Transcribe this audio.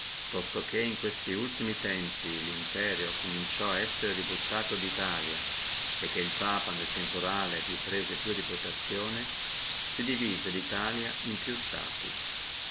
tosto che in questi ultimi tempi lo imperio cominciò a essere ributtato di italia e che il papa nel temporale vi prese più reputazione si divise la italia in più stati